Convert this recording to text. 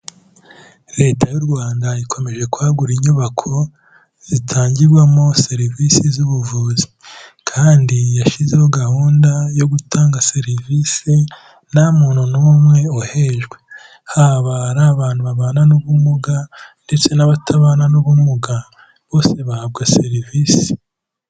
Leta y'u Rwanda ikomeje kwagura inyubako zitangirwamo serivisi z'ubuvuzi kandi yashyizeho gahunda yo gutanga serivisi nta muntu n'umwe uhejwe, haba ari abantu babana n'ubumuga ndetse n'abatabana n'ubumuga bose bahabwa serivisi.